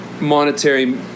monetary